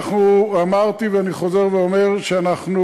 אמרתי ואני חוזר ואומר שאנחנו